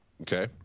Okay